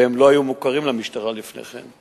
והם לא היו מוכרים למשטרה לפני כן.